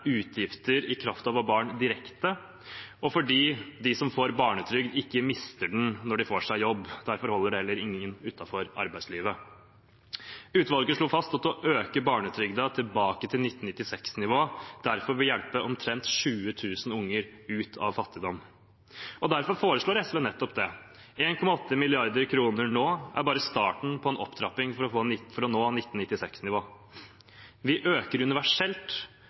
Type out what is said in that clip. utgifter i kraft av å ha barn direkte, og fordi de som får barnetrygd, ikke mister den når de får seg jobb. Derfor holder den heller ingen utenfor arbeidslivet. Utvalget slo fast at å øke barnetrygden fra tilbake til 1996-nivå derfor ville hjelpe omtrent 20 000 unger ut av fattigdom. Derfor foreslår SV nettopp det. 1,8 mrd. kr nå er bare starten på en opptrapping for å nå 1996-nivå. Vi øker universelt